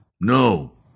no